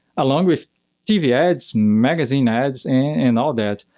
along with tv ads, magazine ads, and all that.